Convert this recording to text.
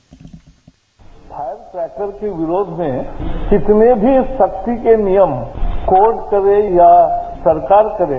bite fire cracker के विरोध में कितने भी सख्ती के नियम कोर्ट करे या सरकार करे